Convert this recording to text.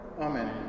Amen